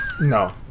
No